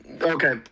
Okay